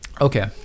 Okay